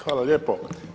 Hvala lijepo.